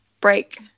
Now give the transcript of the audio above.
break